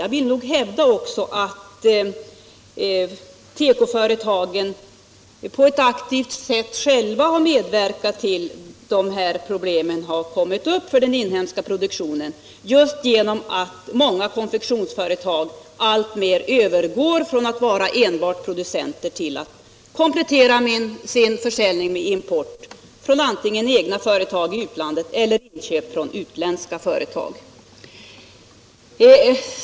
Jag vill hävda att tekoföretagen själva på ett aktivt sätt har medverkat till att problemen har uppkommit för den inhemska produktionen, därigenom att många företag alltmer går över från att vara enbart producenter till att komplettera sin försäljning med import, antingen från egna företag i utlandet eller genom inköp från utländska företag.